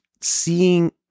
seeing